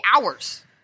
hours